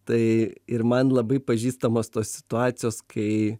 tai ir man labai pažįstamos tos situacijos kai